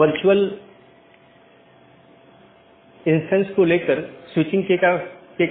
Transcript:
इसलिए हमारे पास BGP EBGP IBGP संचार है